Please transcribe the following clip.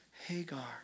Hagar